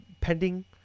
pending